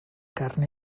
carn